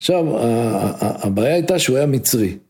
עכשיו, הבעיה הייתה שהוא היה מצרי.